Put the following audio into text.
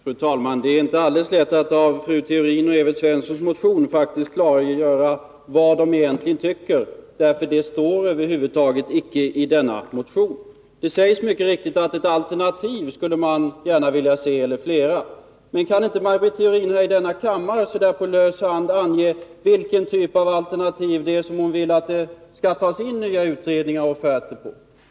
Fru talman! Det är inte alldeles lätt att av Maj Britt Theorins och Evert Svenssons motion utröna vad de egentligen tycker, för det står över huvud taget icke i denna motion. Det sägs mycket riktigt att ett eller flera alternativ skulle man gärna vilja se, men kan inte Maj Britt Theorin i denna kammare så där på fri hand ange vilken typ av alternativ hon vill att det skall göras nya utredningar om och tas in offerter på?